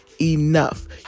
enough